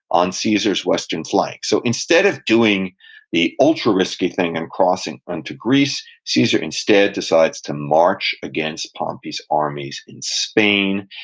on caesar's western flank, so instead of doing the ultra-risky thing and crossing and into greece, caesar instead decides to march against pompey's armies in spain,